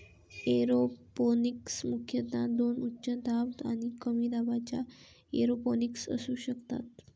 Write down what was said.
aeroponics मुख्यतः दोन उच्च दाब आणि कमी दाबाच्या एरोपोनिक्स असू शकतात